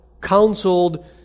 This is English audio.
counseled